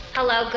Hello